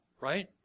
right